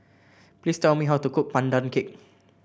please tell me how to cook Pandan Cake